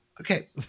okay